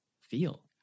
feel